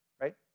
right